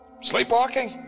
Sleepwalking